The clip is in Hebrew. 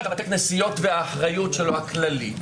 מלבד בתי הכנסיות והאחריות הכללית שלו.